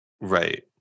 Right